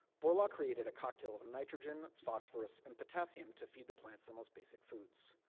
borlaug created a cocktail of nitrogen, phosphorous, and potassium, to feed the plants their most basic foods.